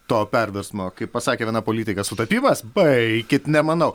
to perversmo kaip pasakė viena politikė sutapimas baikit nemanau